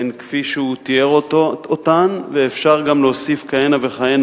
הן כפי שהוא תיאר, ואפשר גם להוסיף כהנה וכהנה.